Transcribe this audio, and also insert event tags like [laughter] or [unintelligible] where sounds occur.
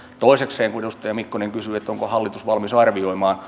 toisekseen kun edustaja mikkonen kysyi onko hallitus valmis arvioimaan [unintelligible]